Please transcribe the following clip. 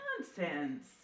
Nonsense